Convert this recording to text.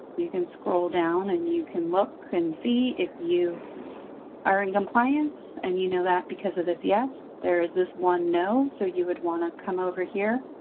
you can scroll down and you can look and see if you are in compliance. and you know that because of this, yes, there is this one no, so you would want to come over here.